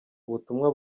ubutumwa